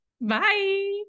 Bye